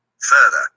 Further